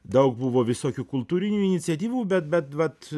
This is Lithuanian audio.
daug buvo visokių kultūrinių iniciatyvų bet bet vat